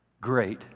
Great